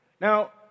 Now